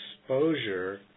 exposure